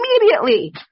immediately